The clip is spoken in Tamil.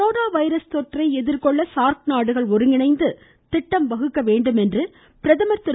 கொரோனா வைரஸ் தொற்றை எதிர்கொள்ள சார்க் நாடுகள் ஒருங்கிணைந்து திட்டம் வகுக்க வேண்டும் என்று பிரதமர் திரு